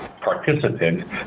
participant